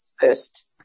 first